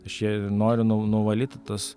aš ir noriu nu nuvalyti tas